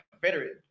Confederate